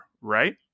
right